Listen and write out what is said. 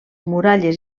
muralles